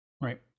right